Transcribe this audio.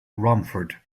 romford